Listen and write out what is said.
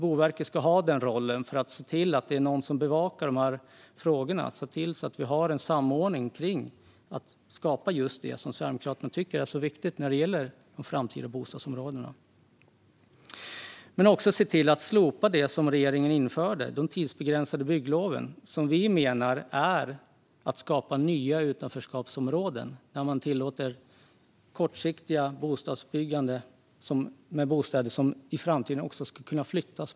Boverket ska ha denna roll för att se till att någon bevakar dessa frågor och att vi har en samordning för att skapa det som Sverigedemokraterna tycker är så viktigt när det gäller de framtida bostadsområdena. Vi vill också slopa det som regeringen införde, alltså de tidsbegränsade byggloven. Vi menar att det innebär att man skapar nya utanförskapsområden när man tillåter kortsiktigt byggande av bostäder som i framtiden också ska kunna flyttas.